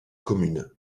communes